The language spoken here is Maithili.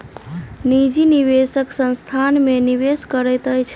निजी निवेशक संस्थान में निवेश करैत अछि